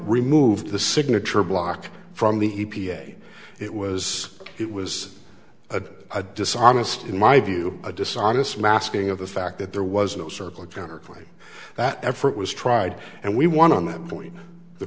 removed the signature block from the e p a it was it was a dishonest in my view a dishonest masking of the fact that there was no circle of counter claim that effort was tried and we want on that point the